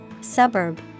Suburb